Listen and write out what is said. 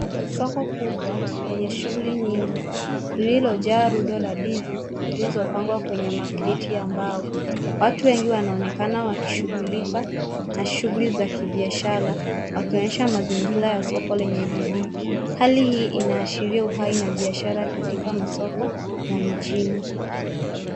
Soko kubwa lenye shughli mingi [ririlo] jaa rudo la dizi zilizo pangwa kwenye makiti ya mbao .Watu wengi wanaonekana wakishughulika na shughli za [kibiashala] wakionyesha [mazingila] ya soko lenye bidii hali hii inaashiria uhai na biashara katika masoko ya mjini.